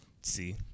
See